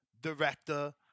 director